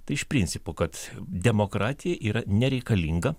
tai iš principo kad demokratija yra nereikalinga